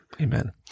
Amen